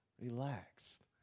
relaxed